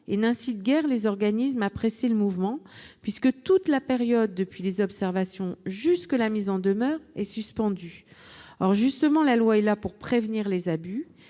et n'incite guère les organismes à « presser le mouvement », puisque toute la période depuis les observations jusqu'à la mise en demeure est suspendue. Or, justement, la loi est là pour prévenir les abus.